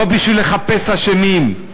לא בשביל לחפש אשמים,